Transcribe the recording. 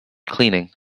cleaning